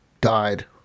died